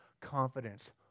confidence